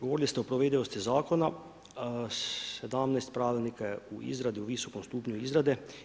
Govorili ste o provedivosti zakona, 17 pravilnika je u izradi, u visokom stupnju izrade.